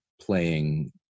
playing